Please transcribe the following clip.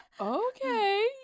okay